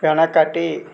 వెనకటి